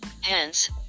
Hence